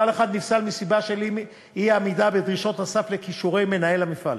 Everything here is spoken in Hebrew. מציע אחד נפסל מסיבה של אי-עמידה בדרישות הסף לכישורי מנהל המפעל.